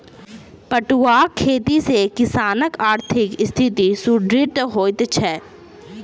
पटुआक खेती सॅ किसानकआर्थिक स्थिति सुदृढ़ होइत छै